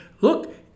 look